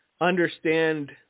understand